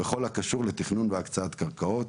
בכל הקשור לתכנון והקצאת קרקעות.